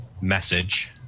message